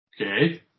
Okay